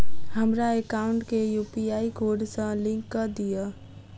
हमरा एकाउंट केँ UPI code सअ लिंक कऽ दिऽ?